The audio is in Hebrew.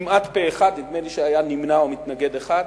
כמעט פה-אחד, נדמה לי שהיה נמנע או מתנגד אחד,